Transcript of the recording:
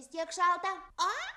vis tiek šalta o